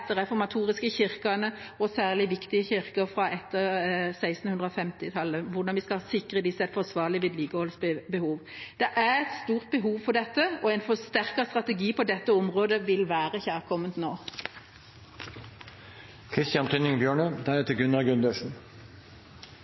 og sikre dem et forsvarlig vedlikeholdsnivå. Det er et stort behov for dette, og en forsterket strategi på dette området vil være kjærkommen nå.